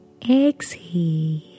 Exhale